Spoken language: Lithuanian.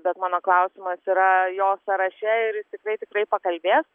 bet mano klausimas yra jo sąraše ir jis tikrai tikrai pakalbės